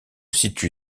situe